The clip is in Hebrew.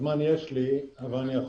מבין שאי אפשר היה להציל את טבריה בלי איזו